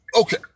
okay